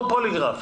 פוליגרף?